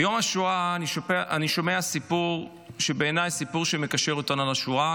ביום השואה אני שומע סיפור שבעיניי הוא סיפור שמקשר אותנו לשואה.